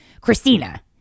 Christina